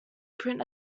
print